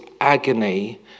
agony